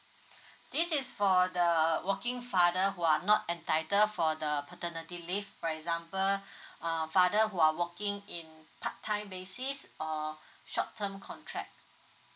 this is for the working father who are not entitle for the paternity leave for example err father who are working in part time basis or short term contract